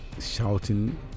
shouting